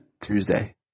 Tuesday